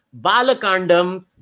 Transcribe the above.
Balakandam